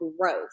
growth